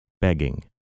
begging